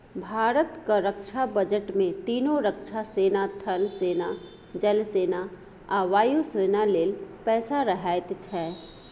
भारतक रक्षा बजट मे तीनों रक्षा सेना थल सेना, जल सेना आ वायु सेना लेल पैसा रहैत छै